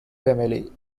family